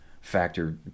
factor